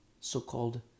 So-called